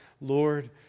Lord